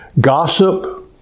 Gossip